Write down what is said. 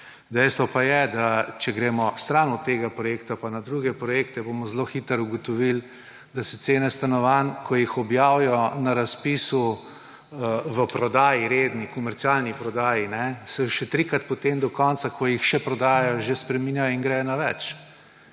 dejstvo pa je, da če gremo stran od tega projekta pa na druge projekte, bomo zelo hitro ugotovili, da se cene stanovanj, ko jih objavijo na razpisu, v redni prodaji, komercialni prodaji, se še trikrat potem do konca, ko jih še prodajajo, še spreminjajo in gredo na več.